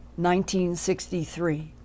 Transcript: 1963